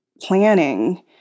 planning